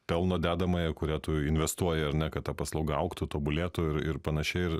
pelno dedamąją kurią tu investuoji ar ne kad ta paslauga augtų tobulėtų ir ir panašiai ir